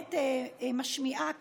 באמת משמיעה קול,